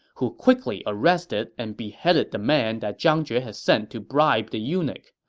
who quickly arrested and beheaded the man that zhang jue had sent to bribe the eunuch.